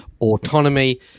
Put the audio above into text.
autonomy